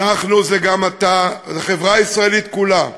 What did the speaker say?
אנחנו זה גם אתה, החברה הישראלית כולה.